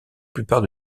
plupart